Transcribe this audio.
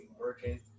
working